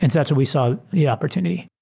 and that's what we saw the opportunity.